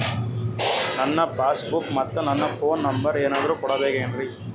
ನನ್ನ passbook ಮತ್ ನನ್ನ ಫೋನ್ ನಂಬರ್ ಏನಾದ್ರು ಕೊಡಬೇಕೆನ್ರಿ?